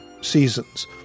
seasons